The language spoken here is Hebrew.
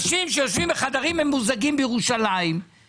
זה היה כך לפני שלוש וחצי שנים כשהייתי צריך להילחם ברשות